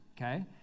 okay